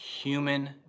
human